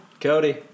Cody